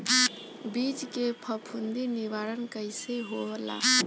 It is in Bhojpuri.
बीज के फफूंदी निवारण कईसे होला?